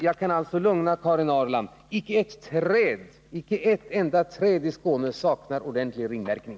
Jag kan alltså lugna Karin Ahrland: inte ett träd i Skåne saknar ordentlig ringmärkning.